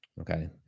okay